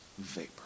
Vapor